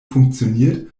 funktioniert